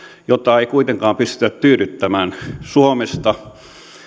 jota ei kuitenkaan pystytä tyydyttämään suomesta